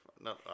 no